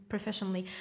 Professionally